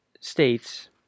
states